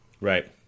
right